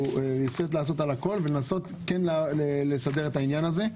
רענון ולנסות כן לסדר את העניין הזה.